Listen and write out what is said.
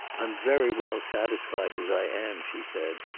i'm very well satisfied as i am, she said.